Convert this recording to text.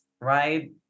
right